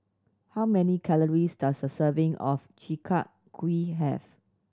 how many calories does a serving of Chi Kak Kuih have